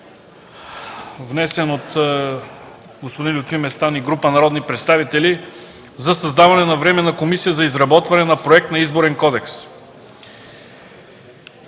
внесен от господин Лютви Местан и група народни представители, за създаване на Временна комисия за изработване на Проект на Изборен кодекс.